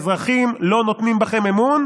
האזרחים לא נותנים בכם אמון,